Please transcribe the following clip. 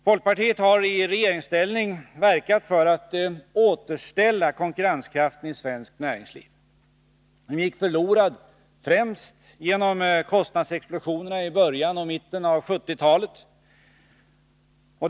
Folkpartiet har i regeringsställning verkat för att återställa konkurrenskraften i svenskt näringsliv som gick förlorad främst genom kostnadsexplosionerna i början och mitten av 1970-talet.